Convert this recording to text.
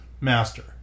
master